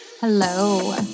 Hello